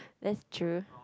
that's true